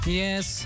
yes